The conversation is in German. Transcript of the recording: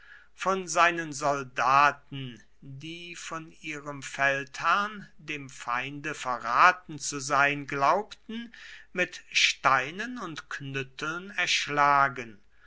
von seinen soldaten die von ihrem feldherrn dem feinde verraten zu sein glaubten mit steinen und knütteln erschlagen